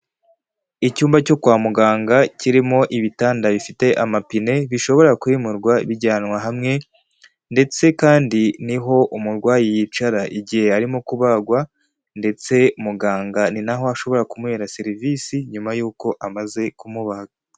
Icyumba cyo kwa muganga, kirimo ibitanda bifite amapine, bishobora kwimurwa bijyanwa hamwe, ndetse kandi niho umurwayi yicara igihe arimo kubagwa, ndetse muganga ni naho ashobora kumuhera serivisi, nyuma y'uko amaze kumubaga.